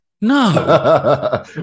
No